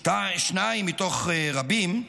שניים מתוך רבים,